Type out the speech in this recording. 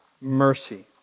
mercy